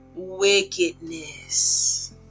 wickedness